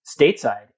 stateside